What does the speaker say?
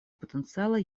потенциала